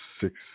six